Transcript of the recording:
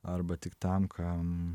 arba tik tam kam